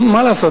מה לעשות,